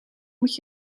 moet